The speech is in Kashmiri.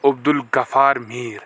عبدالغفار میٖر